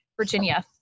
Virginia